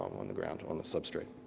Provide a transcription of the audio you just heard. on the ground, on the substrate.